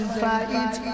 fight